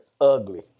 Ugly